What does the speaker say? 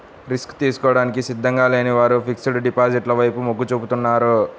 risk తీసుకోవడానికి సిద్ధంగా లేని వారు ఫిక్స్డ్ డిపాజిట్ల వైపు మొగ్గు చూపుతున్నారు